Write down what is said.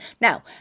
Now